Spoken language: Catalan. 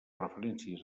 referències